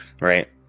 right